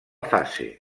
fase